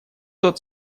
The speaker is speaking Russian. тут